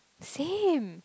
same